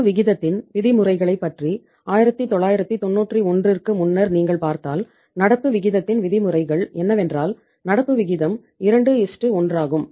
நடப்பு விகிதத்தின் விதிமுறைகளைப் பற்றி 1991 க்கு முன்னர் நீங்கள் பார்த்தல் நடப்பு விகிதத்தின் விதிமுறைகள் என்னவென்றால் நடப்பு விகிதம் 21 ஆகும்